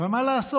אבל מה לעשות,